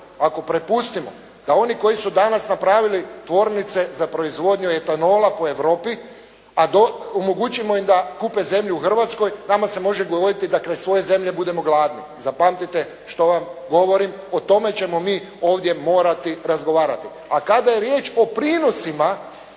ako prepustimo da oni koji su danas napravili tvornice za proizvodnju etanola po Europi, a omogućimo im da kupe zemlju u Hrvatskoj, tamo se može govoriti da kraj svoje zemlje budemo gladni. Zapamtite što vam govorim o tome ćemo mi ovdje morati razgovarati, a kada je riječ o prinosima,